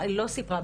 היא לא סיפרה,